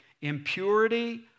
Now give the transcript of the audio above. impurity